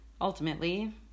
ultimately